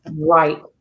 Right